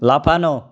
লাফানো